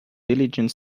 diligent